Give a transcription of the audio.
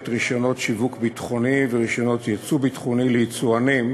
רישיונות שיווק ביטחוני ורישיונות ייצוא ביטחוני ליצואנים